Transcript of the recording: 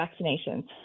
vaccinations